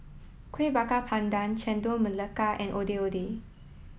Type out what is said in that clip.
kuih bakar pandan chendol melaka and ondeh ondeh